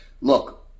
Look